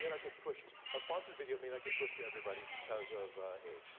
may not get pushed. a sponsor video may not, get pushed to everybody because of age